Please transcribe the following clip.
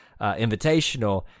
Invitational